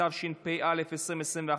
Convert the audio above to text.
התשפ"א 2021,